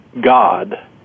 God